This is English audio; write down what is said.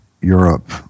Europe